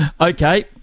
Okay